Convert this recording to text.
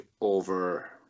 over